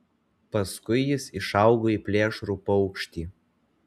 paskui jis išaugo į plėšrų paukštį